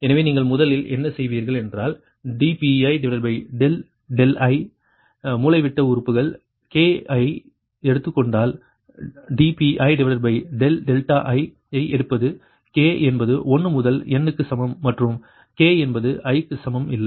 எனவே நீங்கள் முதலில் என்ன செய்வீர்கள் என்றால் dPi∆i மூலைவிட்ட உறுப்பு k ஐ எடுத்துக் கொண்டால்dPi∆i ஐ எடுப்பது k என்பது 1 முதல் n க்கு சமம் மற்றும் k என்பது i க்கு சமம் இல்லை